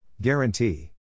Guarantee